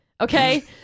okay